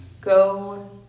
go